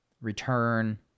return